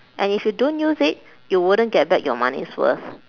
and if you don't use it you wouldn't get back your money's worth